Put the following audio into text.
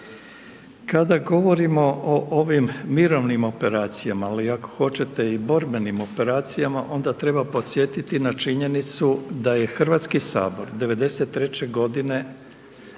Kada govorimo o ovim mirovnim operacijama, ali i ako hoćete i borbenim operacijama onda treba podsjetiti na činjenicu da je Hrvatski sabor '93. godine